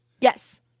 Yes